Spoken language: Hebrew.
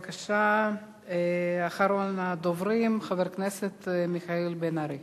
בבקשה, אחרון הדוברים, חבר הכנסת מיכאל בן-ארי.